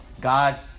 God